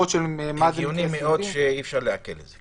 הגיוני מאוד שאי-אפשר לעקל את זה.